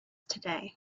today